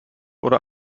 oder